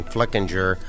Flickinger